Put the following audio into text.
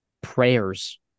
prayers